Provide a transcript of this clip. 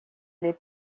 les